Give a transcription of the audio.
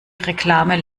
reklame